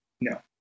No